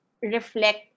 reflect